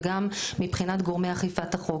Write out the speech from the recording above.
וגם מבחינת גורמי אכיפת החוק,